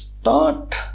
start